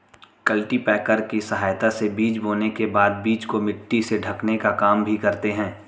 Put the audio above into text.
cultipacker की सहायता से बीज बोने के बाद बीज को मिट्टी से ढकने का काम भी करते है